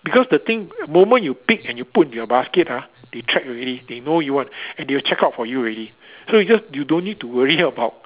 because the thing moment you pick and you put into your basket ah they track already they know you one and they will check out for you already so you just you don't need to worry about